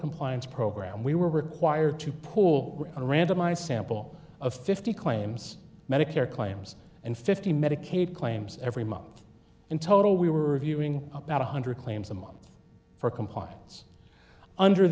compliance program we were required to pool a randomized sample of fifty claims medicare claims and fifty medicaid claims every month in total we were reviewing about one hundred claims a month for compliance under